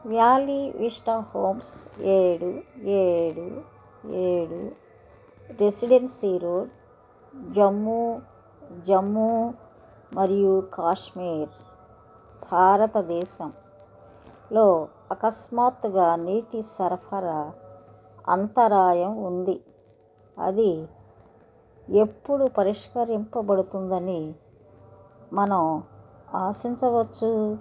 valley Vista Homes ఏడు ఏడు ఏడు రెసిడెన్సీ రోడ్ జమ్మూ జమ్మూ మరియు కాశ్మీర్ భారతదేశంలో అకస్మాత్తుగా నీటి సరఫరా అంతరాయం ఉంది అది ఎప్పుడు పరిష్కరింపబడుతుందని మనం ఆశించవచ్చు